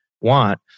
want